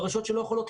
ורשויות שלא יכולות,